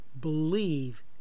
Believe